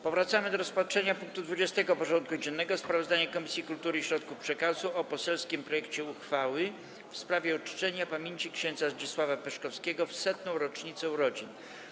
Powracamy do rozpatrzenia punktu 20. porządku dziennego: Sprawozdanie Komisji Kultury i Środków Przekazu o poselskim projekcie uchwały w sprawie uczczenia pamięci ks. Zdzisława Peszkowskiego w 100. rocznicę urodzin.